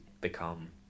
become